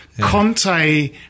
Conte